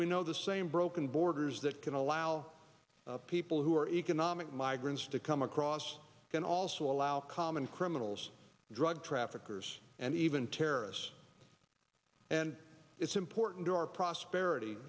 we know the same broken borders that can allow people who are economic migrants to come across and also allow common criminals drug traffickers and even terrorists and it's important to our prosperity